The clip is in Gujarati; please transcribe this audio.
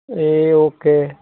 A okay